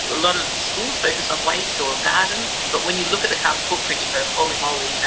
a lot of schools focus on waste or gardens, but when you look at the carbon footprint you go, holy moly, you know